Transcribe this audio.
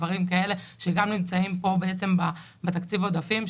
דברים כאלה שגם נמצאים פה בעצם בתקציב עודפים,